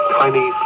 tiny